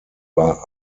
war